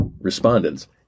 Respondents